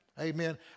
Amen